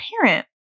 parent